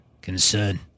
concern